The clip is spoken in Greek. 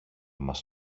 μας